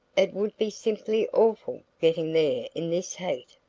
it would be simply awful getting there in this heat.